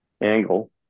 angle